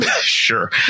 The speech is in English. Sure